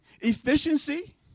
efficiency